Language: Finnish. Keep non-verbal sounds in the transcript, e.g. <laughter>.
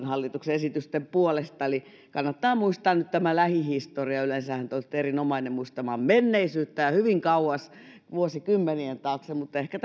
<unintelligible> hallituksen esitysten puolesta eli kannattaa muistaa nyt tämä lähihistoria yleensähän te olette erinomainen muistamaan menneisyyttä ja hyvin kauas vuosikymmenien taakse mutta ehkä <unintelligible>